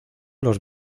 los